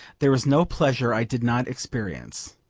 there was no pleasure i did not experience.